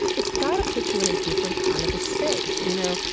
it's got to put you in a different kind of space, you know?